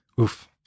Oof